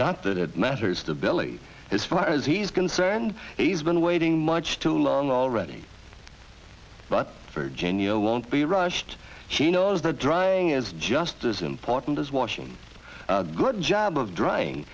not that it matters to billy as far as he's concerned he's been waiting much too long already but virginia won't be rushed she knows that driving is just as important as washing good job of drying